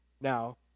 Now